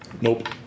Nope